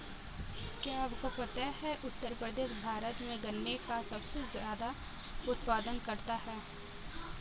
क्या आपको पता है उत्तर प्रदेश भारत में गन्ने का सबसे ज़्यादा उत्पादन करता है?